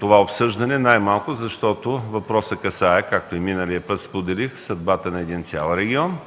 това обсъждане, най-малкото защото въпросът касае, както и миналия път споделих, съдбата на един цял регион,